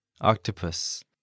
Octopus